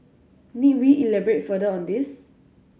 need we elaborate further on this